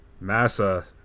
Massa